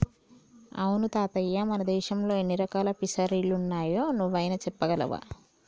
అవును తాతయ్య మన దేశంలో ఎన్ని రకాల ఫిసరీలున్నాయో నువ్వైనా సెప్పగలవా